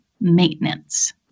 maintenance